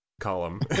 column